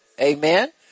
Amen